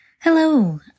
Hello